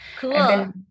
Cool